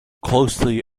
closely